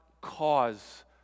cause